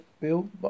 Bill